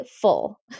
full